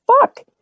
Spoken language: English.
fuck